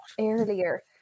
earlier